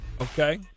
Okay